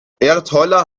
erdholler